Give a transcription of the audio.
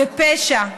ופשע,